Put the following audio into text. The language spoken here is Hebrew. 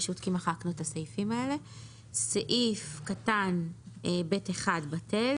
סעיף קטן (ב1) בטל,